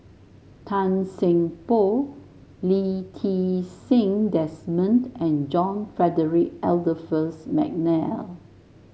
Tan Seng Poh Lee Ti Seng Desmond and John Frederick Adolphus McNair